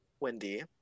Wendy